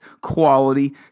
quality